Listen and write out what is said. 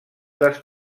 les